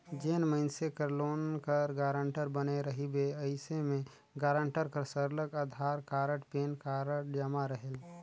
जेन मइनसे कर लोन कर गारंटर बने रहिबे अइसे में गारंटर कर सरलग अधार कारड, पेन कारड जमा रहेल